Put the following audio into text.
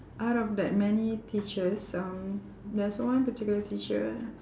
out of that many teachers um there's one particular teacher